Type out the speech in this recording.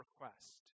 request